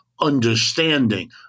understanding